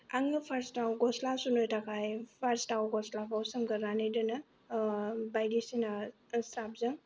आङो फार्स्टआव गस्ला सुनो थाखाय फार्स्टआव गस्लाखौ सोमगोरनानै दोनो बायदिसिना स्राफजों